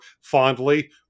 fondly